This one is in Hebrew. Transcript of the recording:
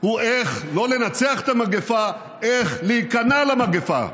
הוא איך לא לנצח את המגפה, איך להיכנע למגפה,